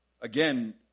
Again